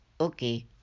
Okay